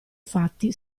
fatti